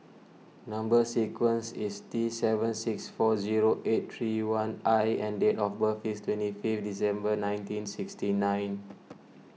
Number Sequence is T seven six four zero eight three one I and date of birth is twenty fifth December nineteen sixty nine